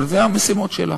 אבל אלה המשימות שלה: